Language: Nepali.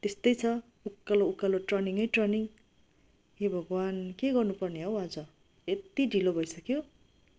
त्यस्तै छ उकालो उकालो टर्निङै टर्निङ् हे भगवान् के गर्नु पर्ने हौ आज यति ढिलो भइसक्यो